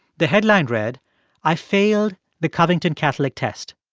the headline read i failed the covington catholic test.